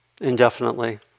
Indefinitely